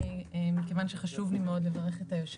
שאפשרת לי.